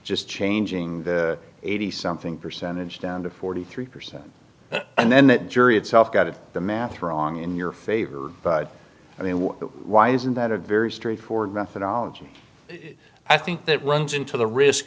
just changing eighty something percentage down to forty three percent and then that jury itself got it the math wrong in your favor i mean why isn't that a very straightforward methodology i think that runs into the risk